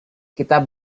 kita